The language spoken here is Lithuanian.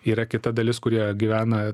yra kita dalis kurie gyvena